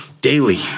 daily